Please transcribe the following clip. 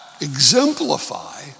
exemplify